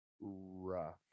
rough